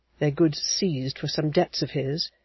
their goods seized for some debts of his,